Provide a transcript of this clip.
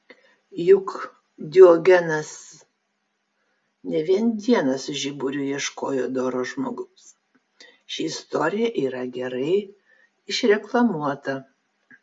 juk diogenas ne vien dieną su žiburiu ieškojo doro žmogaus ši istorija yra gerai išreklamuota